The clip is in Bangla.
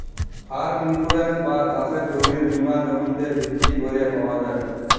ফার্ম ইন্সুরেন্স বা চাসের জমির বীমা জমিতে ভিত্তি ক্যরে পাওয়া যায়